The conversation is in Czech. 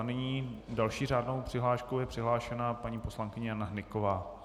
Nyní další řádnou přihláškou je přihlášena paní poslankyně Jana Hnyková.